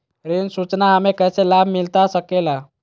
ऋण सूचना हमें कैसे लाभ मिलता सके ला?